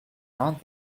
not